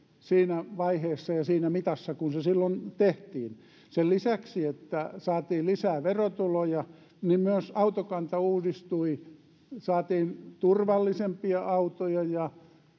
siinä vaiheessa ja siinä mitassa kuin se silloin tehtiin sen lisäksi että saatiin lisää verotuloja myös autokanta uudistui saatiin turvallisempia autoja ja